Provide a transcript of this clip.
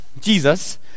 Jesus